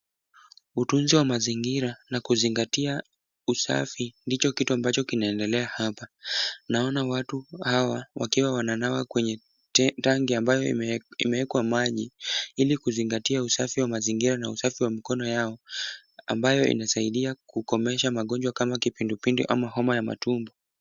Utunzi wa mazingira na kuzingatia usafi ndicho kitu ambacho kinaendelea hapa. Naona watu hawa wakiwa wananawa kwenye tangi ambayo imewekwa maji, ili kuzingatia usafi wa mazingira na usafi wa mikono yao, ambayo inasaidia kukomesha magonjwa kama kipindupindu ama homa ya matumbo.